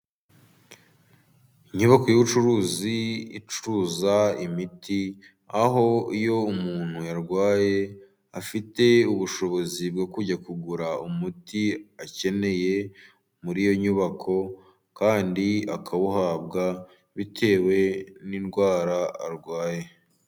Inyubako y'ubucuruzi icuruza imiti, aho iyo umuntu yarwaye afite ubushobozi bwo kujya kugura umuti akeneye muri iyo nyubako, kandi akawuhabwa bitewe n'indwara arwaye.